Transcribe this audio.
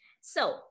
So-